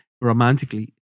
romantically